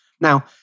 Now